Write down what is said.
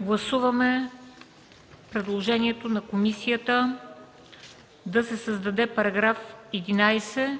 Гласуваме предложението на комисията да се създаде § 11